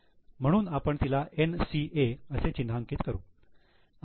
म्हणून आपण तिला 'NCA' असे चिन्हांकित करू